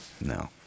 No